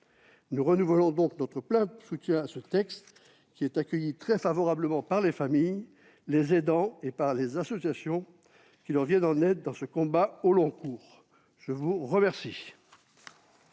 Nous renouvelons donc notre plein soutien à ce texte qui est accueilli très favorablement par les familles, les aidants et les associations qui leur viennent en aide dans ce combat au long cours. La parole